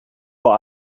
vor